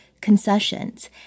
concessions